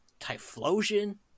Typhlosion